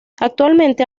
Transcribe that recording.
actualmente